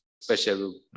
special